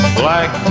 black